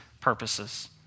purposes